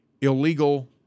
illegal